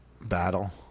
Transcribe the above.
Battle